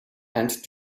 and